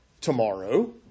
tomorrow